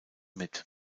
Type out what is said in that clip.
mit